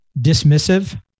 dismissive